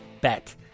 bet